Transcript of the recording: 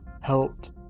helped